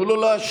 תנו לו להשיב.